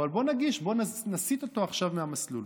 אבל בוא נגיש, בוא נסיט אותו עכשיו מהמסלול.